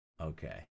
okay